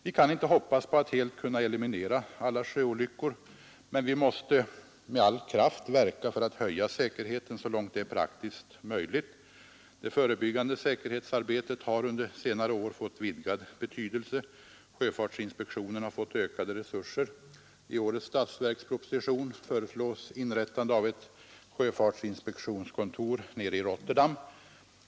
Vi kan inte hoppas på att helt kunna eliminera sjöolyckor, men vi måste med all kraft verka för att höja säkerheten så långt det är praktiskt möjligt. Det förebyggande säkerhetsarbetet har under senare år fått vidgad betydelse. Sjöfartsinspektionen har fått ökade resurser. I årets statsverksproposition föreslås inrättande av ett sjöfartsinspektionskontor i Rotterdam.